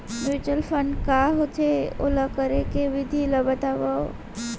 mutual fund का होथे, ओला करे के विधि ला बतावव